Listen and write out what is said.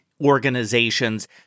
organizations